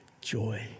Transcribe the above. joy